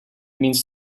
means